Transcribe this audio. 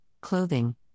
clothing